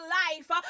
life